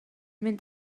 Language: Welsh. mynd